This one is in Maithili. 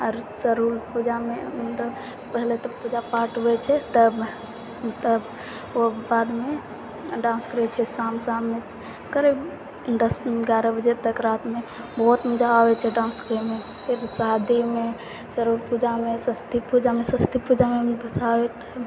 आओर सरहुल पूजामे मतलब पहिले तऽ पूजा पाठ होइ छै तब तब ओ बादमे डान्स करै छियै शाम शाममे करिब दस एगारह बजे तक रातिमे बहुत मजा आबै छै डान्स करैमे फिर शादीमे सरहुल पूजामे सरस्वती पूजामे सरस्वती पूजामे भी भसावै